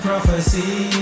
Prophecy